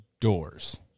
doors